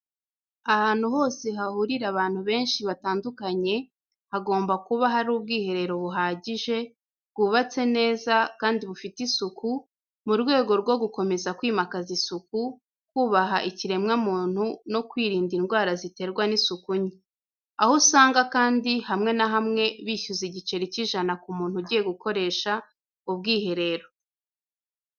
Ahantu hose hahurira abantu benshi batandukanye, hagomba kuba hari ubwiherero buhagije, bwubatse neza, kandi bufite isuku, mu rwego rwo gukomeza kwimakaza isuku, kubaha ikiremwamuntu no kwirinda indwara ziterwa n’isuku nke. Aho usanga kandi hamwe na hamwe, bishyuza igiceri cy’ijana ku muntu ugiye gukoresha ubwiherero.